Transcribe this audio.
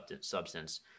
substance